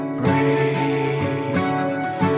brave